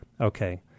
okay